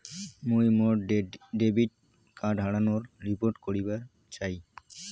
মুই মোর debit card হারানোর রিপোর্ট করিবার চাই